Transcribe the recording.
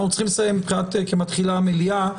אנחנו צריכים לסיים כי מתחילה המליאה.